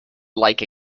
like